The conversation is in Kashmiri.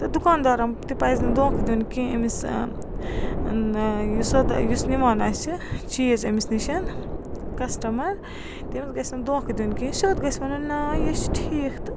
تہٕ دُکاندارَن تہِ پَزنہٕ دھونٛکہٕ دیُن کیٚنٛہہ ایٚمِس یُس اَتھ یُس نِوان آسہِ چیٖز أمِس نِش کَسٹَمَر تٔمِس گژھنہٕ دھونٛکہٕ دیُن کیٚنٛہہ سیوٚد گژھِ وَنُن نا یہِ چھِ ٹھیٖک تہٕ